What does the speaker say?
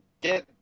get –